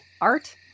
art